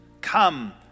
Come